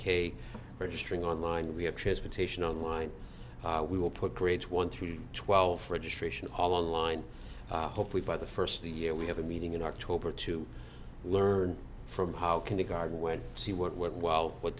k registering online we have transportation on line we will put grades one through twelve registration all online hopefully by the first the year we have a meeting in october to learn from how can the guard went to see what went well what